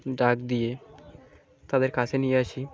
ডাক দিয়ে তাদের কাছে নিয়ে আসি